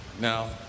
Now